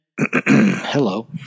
Hello